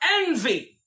envy